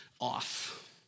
off